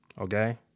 Okay